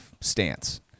stance